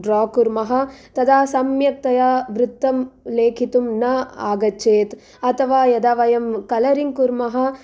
draw कुर्मः तदा सम्यक्तया वृत्तं लेखितुं न आगच्छेत् अथवा यदा वयं कलरिङ्ग् कुर्मः